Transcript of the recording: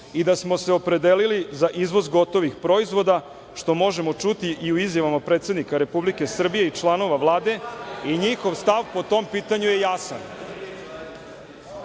i da smo se opredelili za izvoz gotovih proizvoda, što možemo čuti i u izjavama predsednika Republike Srbije i članova Vlade i njihov stav po tom pitanju je jasan.